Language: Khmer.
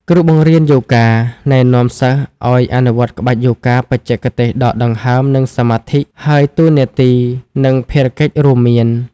គ្រូបង្រៀនយូហ្គាណែនាំសិស្សឱ្យអនុវត្តក្បាច់យូហ្គាបច្ចេកទេសដកដង្ហើមនិងសមាធិ ហើយតួនាទី និងភារកិច្ចរួមមាន: